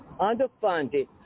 underfunded